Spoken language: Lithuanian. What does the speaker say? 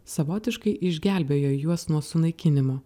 savotiškai išgelbėjo juos nuo sunaikinimo